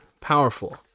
powerful